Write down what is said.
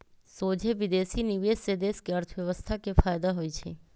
सोझे विदेशी निवेश से देश के अर्थव्यवस्था के फयदा होइ छइ